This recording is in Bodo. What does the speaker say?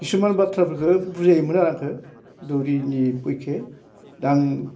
खिसुमान बाथ्राफोरखो बुजायोमोन आरो आंखो दौरिनि फइखे दा आं